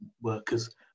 workers